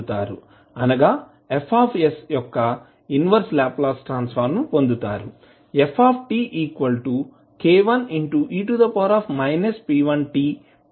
అనగా F యొక్క inverse Laplace transform పొందుతారు